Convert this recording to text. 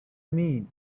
mean